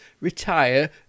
retire